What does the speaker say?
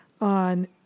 on